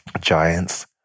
Giants